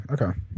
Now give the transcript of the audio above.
okay